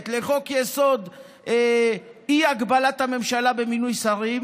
לחוק-יסוד אי-הגבלת הממשלה במינוי שרים,